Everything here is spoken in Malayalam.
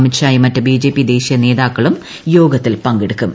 അമിത്ഷായും മറ്റ് ബിജെപി ദേശീയ നേതാക്കളും യോഗത്തിൽ പങ്കെടുക്കും